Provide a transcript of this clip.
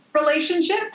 relationship